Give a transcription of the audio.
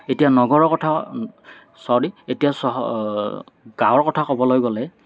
এতিয়া নগৰৰ কথা ছৰী এতিয়া চহ গাঁৱৰ কথা ক'বলৈ গ'লে